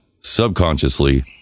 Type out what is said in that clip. Subconsciously